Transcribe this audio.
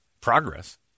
progress